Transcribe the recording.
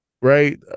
Right